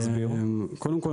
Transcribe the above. קודם כל,